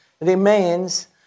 remains